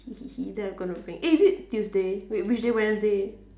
later I'm gonna bake is it tuesday wait which day wednesday